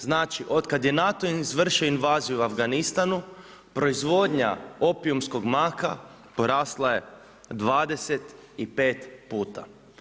Znači otkada je NATO izvršio invaziju u Afganistanu proizvodnja opijumskog maka porasla je 25 puta.